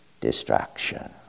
distraction